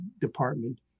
department